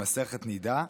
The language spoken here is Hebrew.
במסכת נידה,